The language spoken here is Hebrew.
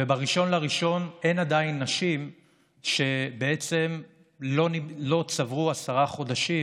וב-1 בינואר אין עדיין נשים שבעצם לא צברו עשרה חודשים,